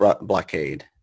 blockade